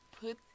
put